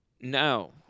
No